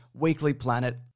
weeklyplanet